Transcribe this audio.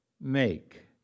make